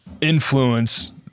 influence